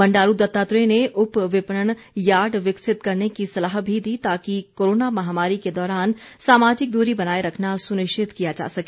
बंडारू दत्तात्रेय ने उप विपणन यार्ड विकसित करने की सलाह भी दी ताकि कोरोना महामारी के दौरान सामाजिक दूरी बनाए रखना सुनिश्चित किया जा सके